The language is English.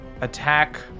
attack